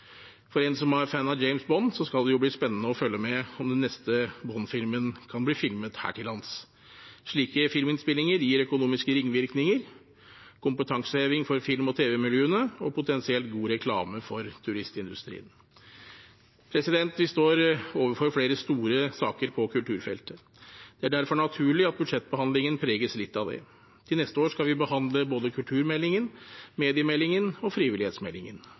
For en som er fan av James Bond, skal det bli spennende å følge med på om den neste Bond-filmen blir filmet her til lands. Slike filminnspillinger gir økonomiske ringvirkninger, kompetanseheving for film- og tv-miljøene og potensielt god reklame for turistindustrien. Vi står overfor flere store saker på kulturfeltet. Det er derfor naturlig at budsjettbehandlingen preges litt av det. Til neste år skal vi behandle både kulturmeldingen, mediemeldingen og frivillighetsmeldingen.